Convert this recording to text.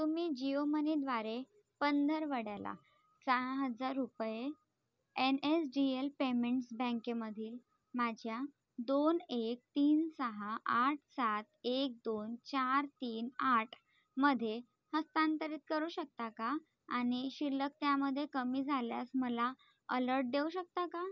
तुम्ही जिओ मनीद्वारे पंधरवड्याला सहा हजार रुपये N S D L payments बँकेमधील माझ्या दोन एक तीन सहा आठ सात एक दोन चार तीन आठमध्ये हस्तांतरित करू शकता का आणि शिल्लक त्यामध्ये कमी झाल्यास मला अलर्ट देऊ शकता का